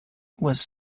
was